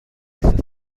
ist